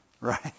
Right